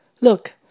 Look